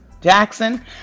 Jackson